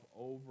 over